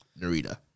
Narita